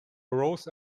rose